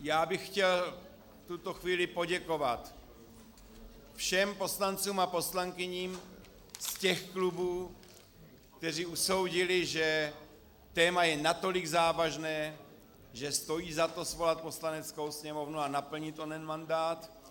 Já bych chtěl v tuto chvíli poděkovat všem poslancům a poslankyním z těch klubů, kteří usoudili, že téma je natolik závažné, že stojí svolat Poslaneckou sněmovnu a naplnit onen mandát.